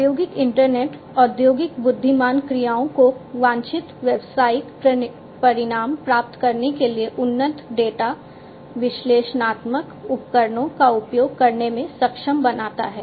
औद्योगिक इंटरनेट औद्योगिक बुद्धिमान क्रियाओं को वांछित व्यावसायिक परिणाम प्राप्त करने के लिए उन्नत डेटा विश्लेषणात्मक उपकरणों का उपयोग करने में सक्षम बनाता है